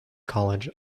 college